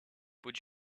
would